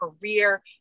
career